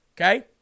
Okay